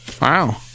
Wow